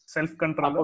Self-control